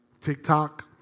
TikTok